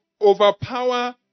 overpower